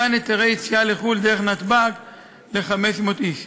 מתן היתרי יציאה לחו"ל דרך נתב"ג ל-500 איש.